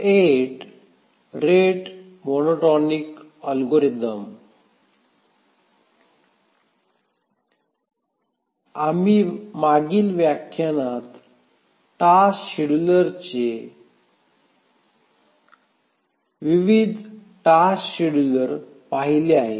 आम्ही मागील व्याख्यानात शेड्यूलरचे टास्क शेड्यूलर पाहिले आहेत